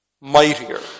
mightier